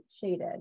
shaded